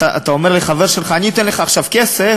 אתה אומר לחבר שלך: אני אתן לך עכשיו כסף,